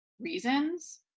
reasons